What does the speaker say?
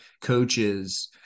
coaches